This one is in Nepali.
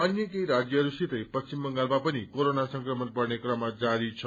अन्य केही राज्यहरूसितै पश्चिम बंगालमा पनि क्रेरोना संक्रमण बढ़ने क्रम जारी छ